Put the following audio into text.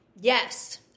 yes